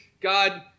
God